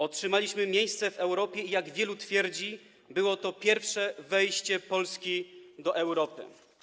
Otrzymaliśmy miejsce w Europie i jak wielu twierdzi, było to pierwsze wejście Polski do Europy.